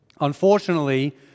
Unfortunately